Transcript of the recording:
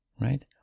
right